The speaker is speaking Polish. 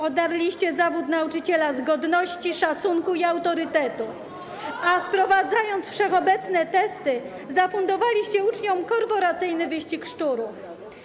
Odarliście zawód nauczyciela z godności, szacunku i autorytetu, a wprowadzając wszechobecne testy, zafundowaliście uczniom korporacyjny wyścig szczurów.